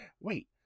wait